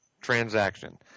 transaction